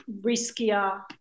riskier